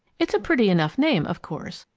it's a pretty enough name, of course,